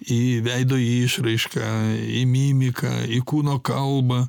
į veido išraišką į mimiką į kūno kalbą